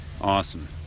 Awesome